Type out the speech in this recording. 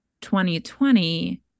2020